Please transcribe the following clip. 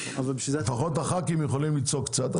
לפחות חברי הכנסת יכולים לצעוק קצת,